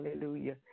hallelujah